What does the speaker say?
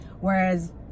Whereas